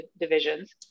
divisions